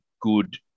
good